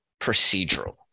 procedural